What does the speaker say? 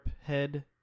head